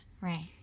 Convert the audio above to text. Right